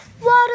water